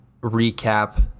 recap